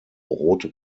rote